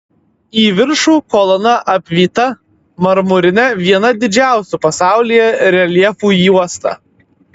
į viršų kolona apvyta marmurine viena didžiausių pasaulyje reljefų juosta